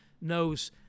knows